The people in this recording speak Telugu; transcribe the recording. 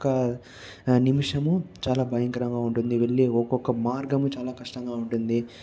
ఒక్క నిమిషము చాలా భయంకరంగా ఉంటుంది వెళ్ళే ఒక్కొక్క మార్గము చాలా కష్టంగా ఉంటుంది